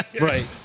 Right